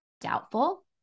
doubtful